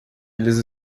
eles